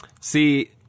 See